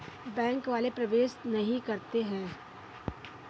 Bank वाले प्रवेश नहीं करते हैं?